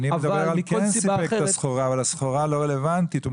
אבל מכל סיבה אחרת --- אני מדבר על זה שהוא כן סיפק את הסחורה,